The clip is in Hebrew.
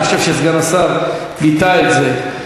אני חושב שסגן השר ביטא את זה.